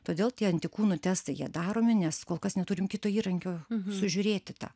todėl tie antikūnų testai jie daromi nes kol kas neturim kito įrankio sužiūrėti tą